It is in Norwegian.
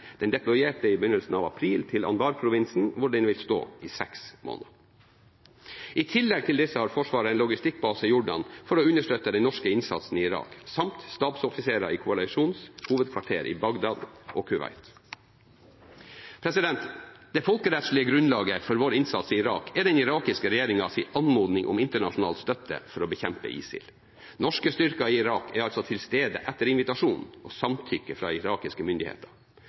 Den deployerte i begynnelsen av april til Anbar-provinsen, hvor den vil stå i seks måneder. I tillegg til disse har Forsvaret en logistikkbase i Jordan for å understøtte den norske innsatsen i Irak, samt stabsoffiserer i koalisjonens hovedkvarter i Bagdad og Kuwait. Det folkerettslige grunnlaget for vår innsats i Irak er den irakiske regjeringens anmodning om internasjonal støtte for å bekjempe ISIL. Norske styrker i Irak er altså til stede etter invitasjon og samtykke fra irakiske myndigheter.